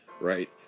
right